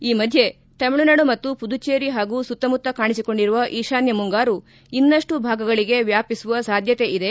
ಈ ಮಧ್ಯೆ ತಮಿಳುನಾಡು ಮತ್ತು ಪುದುಜೇರಿ ಹಾಗೂ ಸುತ್ತಮುತ್ತ ಕಾಣಿಸಿಕೊಂಡಿರುವ ಈಶಾನ್ಯ ಮುಂಗಾರು ಇನ್ನಷ್ಟು ಭಾಗಗಳಿಗೆ ವ್ಯಾಪಿಸುವ ಸಾಧ್ಯತೆ ಇದೆ